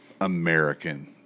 American